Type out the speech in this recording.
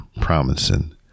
promising